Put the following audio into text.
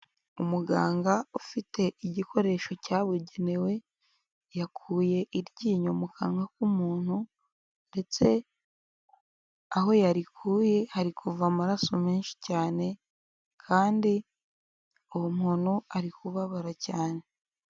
Umuganga ufite igikoresho cyabugenewe, yakuye iryinyo mu kanwa k'umuntu ndetse aho yarikuye hari kuva amaraso menshi cyane, kandi uwo muntu ari kubabara cyane.